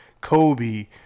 Kobe